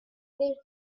their